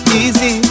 easy